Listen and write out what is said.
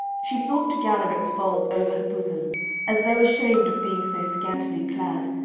she sought to gather its folds over her bosom as though ashamed of being so scantily clad,